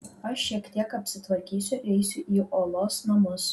aš šiek tiek apsitvarkysiu ir eisiu į uolos namus